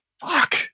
Fuck